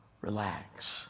relax